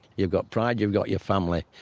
you've got pride. you've got your family.